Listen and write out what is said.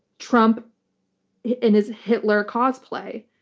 trump in his hitler cosplay.